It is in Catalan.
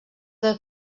del